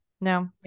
No